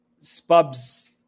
spubs